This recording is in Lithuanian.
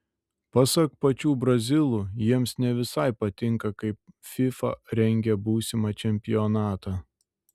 pasak pačių brazilų jiems ne visai patinka kaip fifa rengia būsimą čempionatą